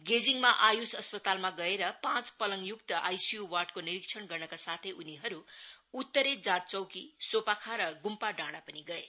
गेजिङमा आय्स अस्पतालमा गएर पाँच पालंगय्क्त आइसीयू वार्डको निरीक्षण गर्नका साथै उनीहरू उत्तरे जाँच चौकी सोपाखा र गुम्पा डाँडामा पनि गए